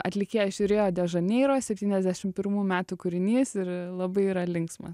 atlikėja iš rio de žaneiro septyniasdešim pirmų metų kūrinys ir labai yra linksmas